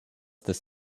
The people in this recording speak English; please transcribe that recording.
this